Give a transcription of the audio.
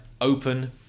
open